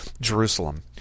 Jerusalem